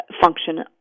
function